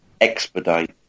expedite